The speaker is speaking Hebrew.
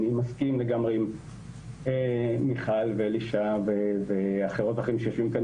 אני מסכים לגמרי עם מיכל ואלישע ואחרות ואחרים שיושבים כאן,